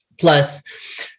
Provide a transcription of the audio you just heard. Plus